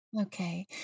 Okay